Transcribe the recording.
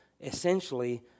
essentially